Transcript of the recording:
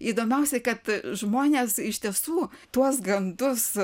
įdomiausiai kad žmonės iš tiesų tuos gandus